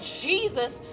Jesus